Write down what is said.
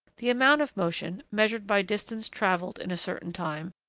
the amount of motion, measured by distance travelled in a certain time,